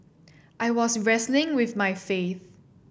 I was wrestling with my faith